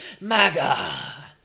Maga